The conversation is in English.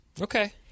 Okay